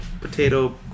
Potato